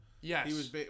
Yes